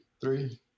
Three